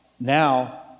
now